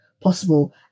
possible